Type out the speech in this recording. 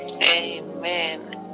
Amen